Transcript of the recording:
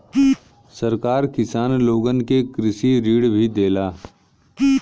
सरकार किसान लोगन के कृषि ऋण भी देला